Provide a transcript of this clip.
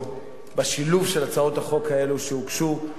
אדם שלא נמצא, איבד את זכותו לדבר.